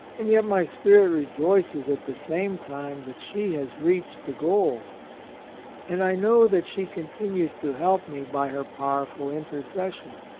and yet my spirit rejoices at the same time that she has reached the goal and i know that she continues to help me by her powerful intercession.